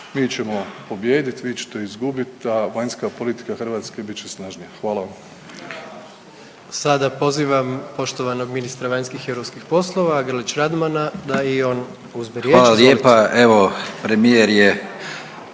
Mi ćemo pobijedit, vi ćete izgubit, a vanjska politika Hrvatske bit će snažnija. Hvala vam. **Jandroković, Gordan (HDZ)** Sada pozivam poštovanog ministra vanjskih i europskih poslova Grlić Radmana da i on uzme riječ. Izvolite. **Grlić